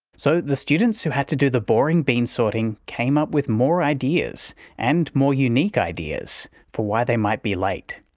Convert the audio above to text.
so, the students who had to do the boring bean sorting came up with more ideas and more unique ideas for why they might be late.